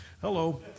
Hello